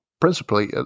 principally